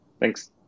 Thanks